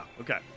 okay